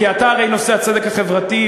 כי הרי נושא הצדק החברתי,